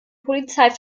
polizei